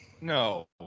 no